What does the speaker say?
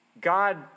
God